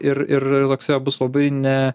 ir ir toks jo bus labai ne